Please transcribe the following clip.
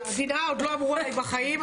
--- עדינה עוד לא אמרו עליי בחיים.